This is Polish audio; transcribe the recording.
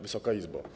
Wysoka Izbo!